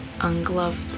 ungloved